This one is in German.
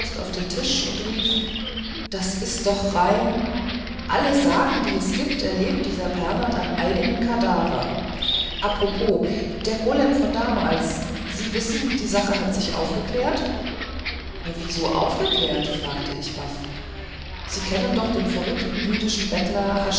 auf den tisch und rief das ist doch rein alle sagen die es gibt erlebt dieser pernath am eigenen kadaver a propos der golem von damals sie wissen die sache hat sich aufgeklärt wieso aufgeklärt fragte ich baff sie kennen doch den verrückten jüdischen bettler